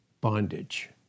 Bondage